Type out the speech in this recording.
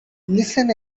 listen